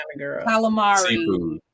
calamari